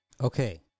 Okay